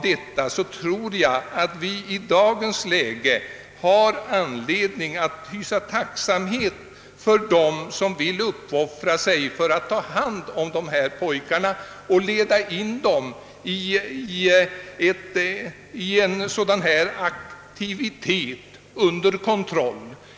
Jag tror att det i dagens läge finns anledning att visa tacksamhet mot dem som vill uppoffra sig för att ta hand om pojkar och leda in dem i en sådan aktivitet under kontroll.